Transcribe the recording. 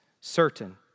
certain